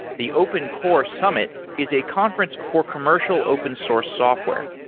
the open core summ it is a conference before commercial open source software.